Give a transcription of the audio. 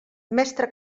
mestre